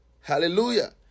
Hallelujah